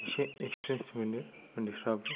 एसे एक्सप्रियेन्स मोनो उन्दैफ्राबो